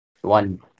one